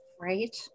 Right